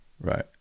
right